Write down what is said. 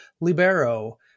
Libero